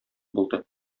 булды